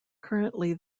currently